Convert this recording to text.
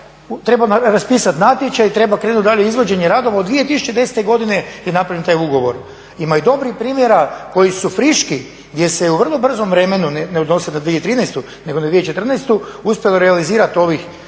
treba raspisati natječaj, treba krenuti dalje izvođenje radova. 2010. godine je napravljen taj ugovor. Ima i dobrih primjera koji su friški, gdje se u vrlo brzom vremenu ne odnosi na 2013., nego na 2014. uspjelo realizirati ovih